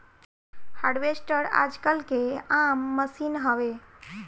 harvester आजकल के आम मसीन हवे